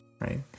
right